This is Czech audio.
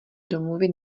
domluvit